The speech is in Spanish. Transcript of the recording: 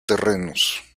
terrenos